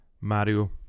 Mario